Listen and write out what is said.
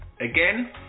again